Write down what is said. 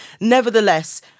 Nevertheless